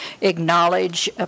acknowledge